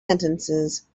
sentences